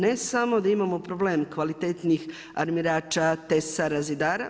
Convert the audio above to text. Ne samo da imamo problem kvalitetnijih armirača, tesara, zidara.